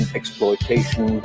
exploitation